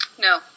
No